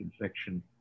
infection